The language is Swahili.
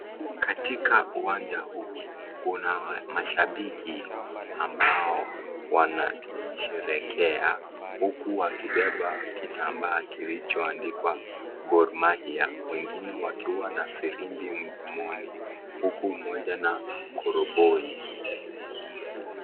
Katika uwanja huu kuna mashabiki ambao wanasherehekea huku wakibeba kitambaa kilichoandikwa Gor Mahia wengine wakiwa na firimbi mdomoni huku mmoja na koroboi.